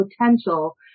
potential